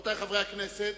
רבותי חברי הכנסת,